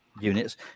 units